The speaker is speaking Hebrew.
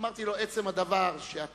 אמרתי לו: עצם הדבר שאתה